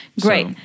Great